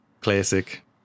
Classic